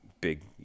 big